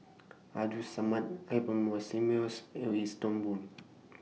Abdul Samad Albert and Wees Toon Boon